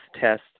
test